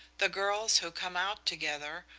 the girls who come out together,